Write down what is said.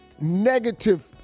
negative